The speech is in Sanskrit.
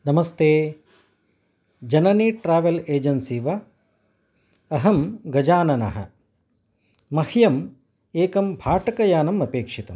नमस्ते जननी ट्रेवल् एजन्सि वा अहं गजाननः मह्यम् एकं भाटकयानमपेक्षितम्